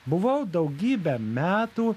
buvau daugybę metų